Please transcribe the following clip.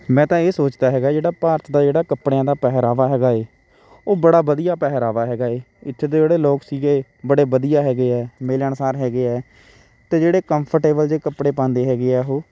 ਮੈਂ ਤਾਂ ਇਹ ਸੋਚਦਾ ਹੈਗਾ ਜਿਹੜਾ ਭਾਰਤ ਦਾ ਜਿਹੜਾ ਕੱਪੜਿਆਂ ਦਾ ਪਹਿਰਾਵਾ ਹੈਗਾ ਹੈ ਉਹ ਬੜਾ ਵਧੀਆ ਪਹਿਰਾਵਾ ਹੈਗਾ ਹੈ ਇੱਥੇ ਦੇ ਜਿਹੜੇ ਲੋਕ ਸੀਗੇ ਬੜੇ ਵਧੀਆ ਹੈਗੇ ਹੈ ਮਿਲਣਸਾਰ ਹੈਗੇ ਹੈ ਅਤੇ ਜਿਹੜੇ ਕੰਫਰਟੇਬਲ ਜਿਹੇ ਕੱਪੜੇ ਪਾਉਂਦੇ ਹੈਗੇ ਆ ਉਹ